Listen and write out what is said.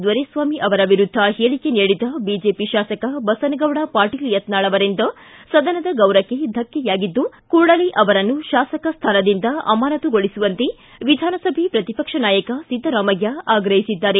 ದೊರೆಸ್ವಾಮಿ ಅವರ ವಿರುದ್ಧ ಹೇಳಿಕೆ ನೀಡಿದ ಬಿಜೆಪಿ ಶಾಸಕ ಬಸನಗೌಡ ಪಾಟೀಲ್ ಯತ್ನಾಳ್ ಅವರಿಂದ ಸದನದ ಗೌರವಕ್ಕೆ ಧಕ್ಕೆಯಾಗಿದ್ದು ಕೂಡಲೇ ಅವರನ್ನು ತಾಸಕ ಸ್ಥಾನದಿಂದ ಅಮಾನತುಗೊಳಿಸುವಂತೆ ವಿಧಾನಸಭೆ ಪ್ರತಿಪಕ್ಷ ನಾಯಕ ಸಿದ್ದರಾಮಯ್ಯ ಆಗ್ರಹಿಸಿದ್ದಾರೆ